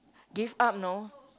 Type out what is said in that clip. give up you know